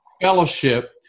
fellowship